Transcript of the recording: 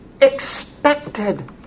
expected